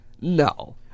No